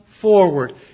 forward